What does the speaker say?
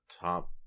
top